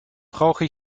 brauche